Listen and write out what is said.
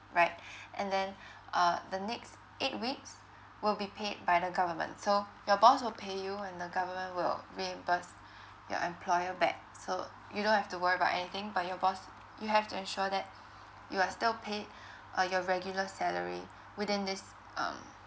right and then uh the next eight weeks will be paid by the government so your boss will pay you and the government will reimburse your employer back so you don't have to worry about anything but your boss you have to ensure that you are still paid uh your regular salary within this um